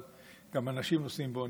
גם אנשים נוסעים באוניות,